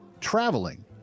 Traveling